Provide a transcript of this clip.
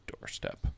doorstep